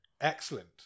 Excellent